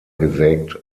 gesägt